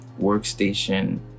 workstation